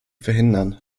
verhindern